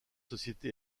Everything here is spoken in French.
société